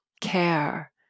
care